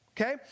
Okay